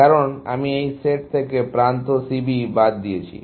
কারণ আমি সেই সেট থেকে প্রান্ত C B বাদ দিয়েছি